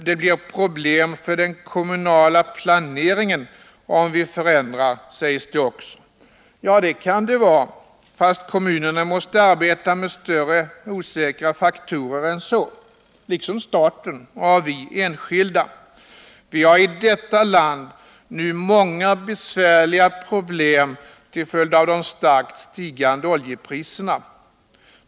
Det blir problem för den kommunala planeringen om vi förändrar, sägs det också. Ja, det kan det bli — fast kommunerna måste arbeta med större osäkra faktorer än så, liksom staten och vi enskilda. Vi har i detta land nu många besvärliga problem till följd av de starkt stigande oljepriserna.